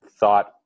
thought